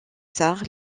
tard